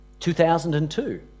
2002